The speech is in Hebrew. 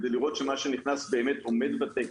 כדי לראות שמה שנכנס באמת עומד בתקן.